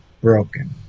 broken